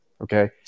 Okay